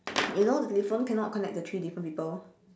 you know the telephone cannot connect to three different people